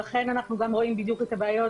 לכן אנחנו רואים בדיוק את הבעיות,